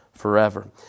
forever